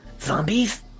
Zombies